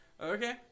Okay